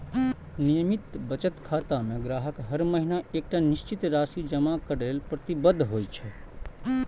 नियमित बचत खाता मे ग्राहक हर महीना एकटा निश्चित राशि जमा करै लेल प्रतिबद्ध होइ छै